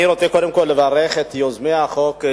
אני רוצה קודם כול לברך את יוזמי החוק,